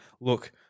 look